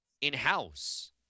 in-house